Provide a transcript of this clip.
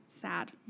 sad